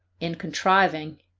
and contriving,